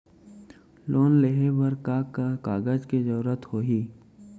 Loan लेहे बर का का कागज के जरूरत होही?